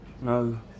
no